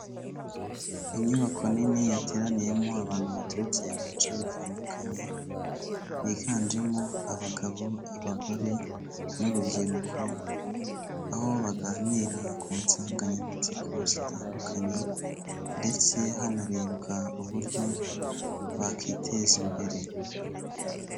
Inyubako nini yateraniyemo abantu baturutse mu bice bitandukanye, biganjemo abagabo, abagore, n'urubyiruko, aho baganira ku nsanganyamatsiko zitandukanye, ndetse hanarebwa uburyo bakwiteza imbere.